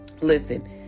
Listen